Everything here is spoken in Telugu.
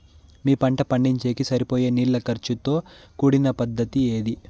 మీ పంట పండించేకి సరిపోయే నీళ్ల ఖర్చు తో కూడిన పద్ధతి ఏది?